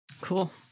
Cool